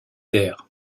der